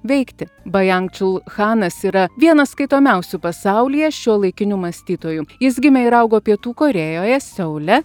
veikti bajang čiul hanas yra vienas skaitomiausių pasaulyje šiuolaikinių mąstytojų jis gimė ir augo pietų korėjoje seule